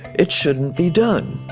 it shouldn't be done.